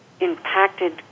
impacted